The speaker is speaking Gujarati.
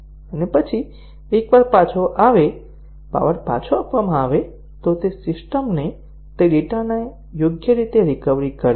અને પછી એકવાર પાવર પાછો આપવામાં આવે તે સિસ્ટમો તે ડેટાને યોગ્ય રીતે રીકવરી કરે છે